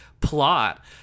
plot